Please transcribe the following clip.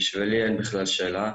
בשבילי אין בכלל שאלה,